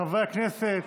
חברי הכנסת,